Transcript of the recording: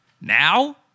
Now